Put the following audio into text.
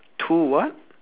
two what